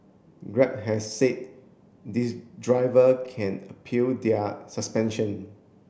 grab has said these driver can appeal their suspension